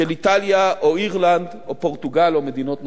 איטליה, אירלנד, פורטוגל או מדינות נוספות.